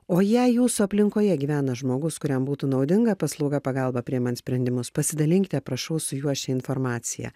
o jei jūsų aplinkoje gyvena žmogus kuriam būtų naudinga paslauga pagalba priimant sprendimus pasidalinkite prašau su juo šia informacija